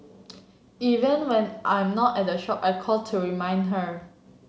even when I'm not at the shop I call to remind her